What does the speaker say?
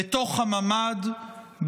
בתוך הממ"ד,